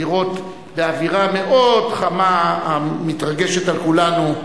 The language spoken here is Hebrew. באווירה המאוד חמה המתרגשת על כולנו,